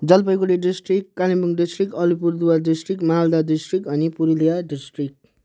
Jalpaiguri district Kalimpong district Alipurduar district Malda district अनि Purulia district